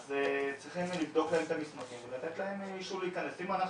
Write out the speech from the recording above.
צריך לבדוק להם את המסמכים ולתת להם אישור להיכנס.